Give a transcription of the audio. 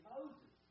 Moses